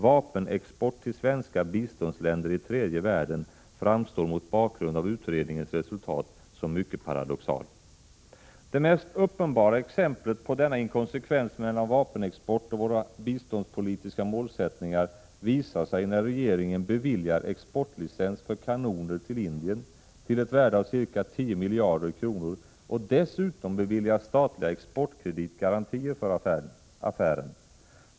Vapenexport till svenska biståndsländer i tredje världen framstår mot bakgrund av utredningens resultat som mycket paradoxal. Det mest uppenbara exemplet på denna inkonsekvens mellan vapenexport och våra biståndspolitiska målsättningar, visar sig när regeringen beviljar exportlicens för kanoner till Indien till ett värde av ca 10 miljarder kronor och dessutom beviljar statliga exportkreditgarantier för affären.